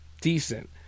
decent